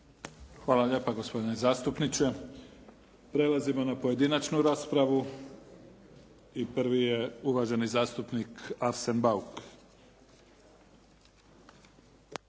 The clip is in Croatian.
Hvala lijepa gospodine zastupniče. Prelazimo na pojedinačnu raspravu i prvi je uvaženi zastupnik Arsen Bauk.